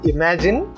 Imagine